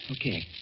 Okay